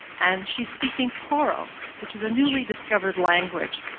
and she's speaking koro, which is a newly discovered language,